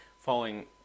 following